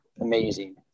amazing